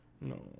No